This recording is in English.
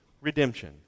redemption